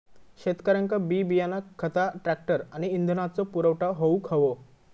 शेतकऱ्यांका बी बियाणा खता ट्रॅक्टर आणि इंधनाचो पुरवठा होऊक हवो